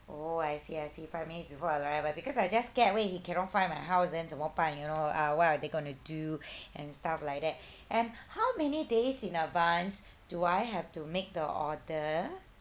oh I see I see five minutes before arrival because I just scared wait he cannot find my house then 怎么办 you know uh what are they gonna do and stuff like that and how many days in advance do I have to make the order